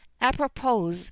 apropos